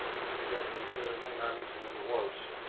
and i think that can be said of many armies and many wars.